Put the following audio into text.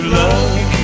love